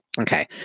Okay